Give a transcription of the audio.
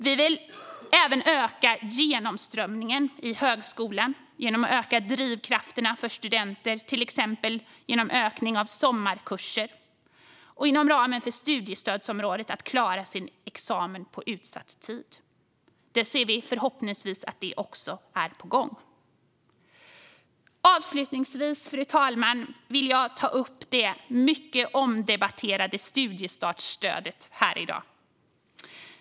Vi vill även öka genomströmningen i högskolan genom att öka drivkrafterna för studenter, till exempel genom utökning av sommarkurser och inom ramen för studiestödsområdet, att klara sin examen på utsatt tid. Vi ser att det förhoppningsvis är på gång. Avslutningsvis, fru talman, vill jag ta upp det mycket omdebatterade studiestartsstödet här i dag.